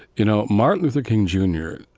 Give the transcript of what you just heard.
you know, martin luther king jr.